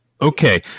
Okay